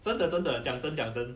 真的真的讲真讲真